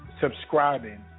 subscribing